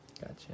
Gotcha